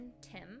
Tim